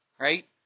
right